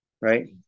right